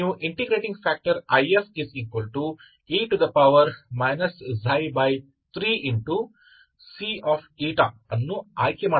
एकीकृत कारक यह है इसलिए आपके पास IFe 3 है